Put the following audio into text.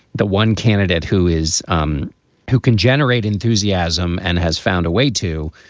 the one candidate who is um who can generate enthusiasm and has found a way to.